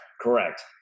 correct